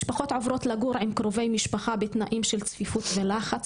משפחות עוברות לגור עם קרובי משפחה בתנאים של צפיפות ולחץ,